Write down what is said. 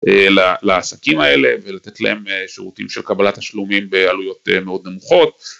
לעסקים האלה ולתת להם שירותים של קבלת השלומים בעלויות מאוד נמוכות.